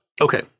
Okay